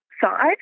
side